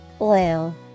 oil